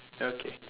okay